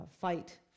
fight